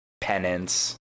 penance